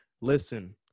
Listen